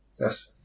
Yes